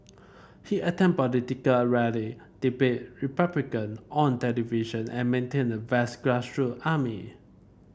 he attend political rally debate Republican on television and maintain a vast grassroot army